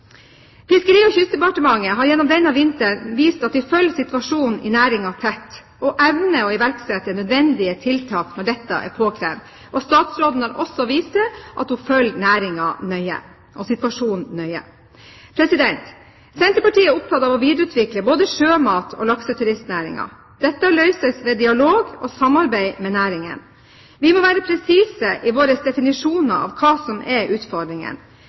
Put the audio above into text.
Fiskeri- og kystdepartementet har gjennom denne vinteren vist at de følger situasjonen i næringen tett, og at de evner å iverksette nødvendige tiltak når dette er påkrevd. Statsråden har også vist til at hun følger næringen og situasjonen nøye. Senterpartiet er opptatt av å videreutvikle både sjømat- og lakseturistnæringen. Dette løses ved dialog og samarbeid med næringene. Vi må være presise i våre definisjoner av hva som er